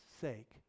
sake